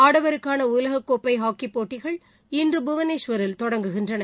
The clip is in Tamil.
ஆடவருக்கான உலகக்கோப்பை ஹாக்கி போட்டிகள் இன்று புவனேஸ்வரில் தொடங்குகின்றன